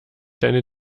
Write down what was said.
deine